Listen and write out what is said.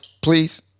please